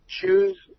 Choose